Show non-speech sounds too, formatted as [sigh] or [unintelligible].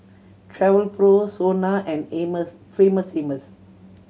Travelpro SONA and [unintelligible] Famous Amos